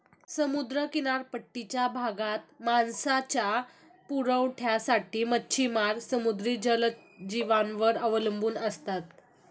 समुद्र किनारपट्टीच्या भागात मांसाच्या पुरवठ्यासाठी मच्छिमार समुद्री जलजीवांवर अवलंबून असतात